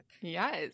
yes